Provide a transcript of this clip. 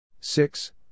six